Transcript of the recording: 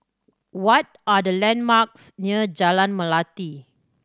what are the landmarks near Jalan Melati